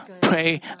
pray